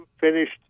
finished